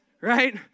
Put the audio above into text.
Right